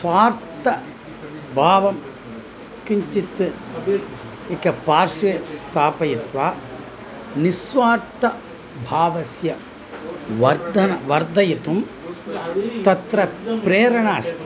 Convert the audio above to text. स्वार्थभावं किञ्चित् एकपार्श्वे स्थापयित्वा निस्स्वार्थभावस्य वर्धनं वर्धयितुं तत्र प्रेरणा अस्ति